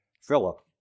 Philip